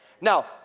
Now